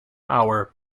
hour